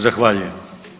Zahvaljujem.